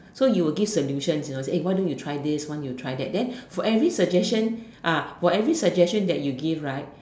so you will give solutions you know say why don't you do this why you don't you try that then for every suggestion for every suggestion that you give right